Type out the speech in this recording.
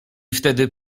wtedy